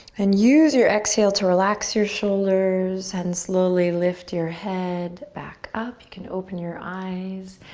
and use your exhale to relax your shoulders and slowly lift your head back up. you can open your eyes.